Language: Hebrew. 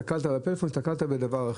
בחלק מהמחוזות זה יורד ל-2,600.